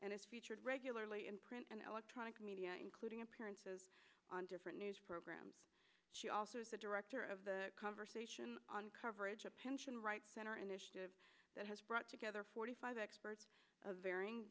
and is featured regularly in print and electronic media including appearances on different news programs she also is the director of the conversation on coverage a pension rights center initiative that has brought together forty five experts